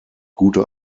gute